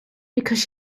because